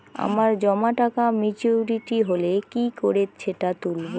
আমার জমা টাকা মেচুউরিটি হলে কি করে সেটা তুলব?